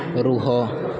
ରୁହ